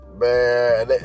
Man